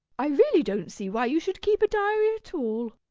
i really don't see why you should keep a diary at all.